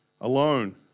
alone